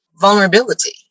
vulnerability